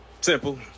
simple